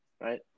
Right